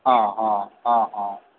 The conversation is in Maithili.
हँ हँ हँ हँ